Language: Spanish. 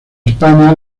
españa